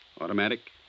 automatic